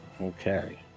okay